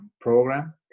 program